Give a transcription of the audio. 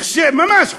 הכשר ממש,